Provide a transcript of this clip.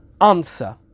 answer